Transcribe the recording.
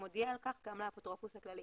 ומודיע על כך גם לאפוטרופוס הכללי.